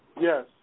Yes